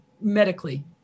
medically